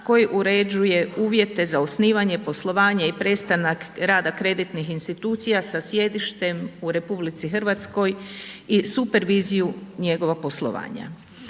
koji uređuje uvjete za osnivanje, poslovanje i prestanak rada kreditnih institucija sa sjedištem u RH i superviziju njegovog poslovanja.